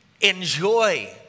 enjoy